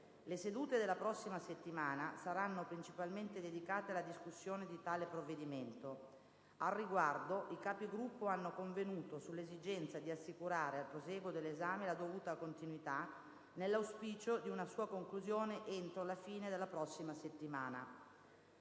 Le sedute della prossima settimana saranno principalmente dedicate alla discussione di tale provvedimento. Al riguardo, i Capigruppo hanno convenuto sull'esigenza di assicurare al prosieguo dell'esame la dovuta continuità, nell'auspicio di una sua conclusione entro la fine della prossima settimana,